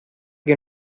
que